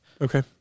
Okay